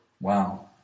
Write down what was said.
Wow